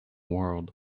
world